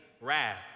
wrath